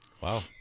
Wow